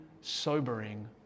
sobering